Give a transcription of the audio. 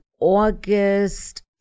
August